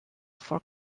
for